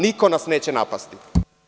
Niko nas neće napasti.